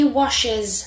washes